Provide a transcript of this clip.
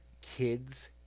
kids